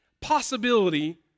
possibility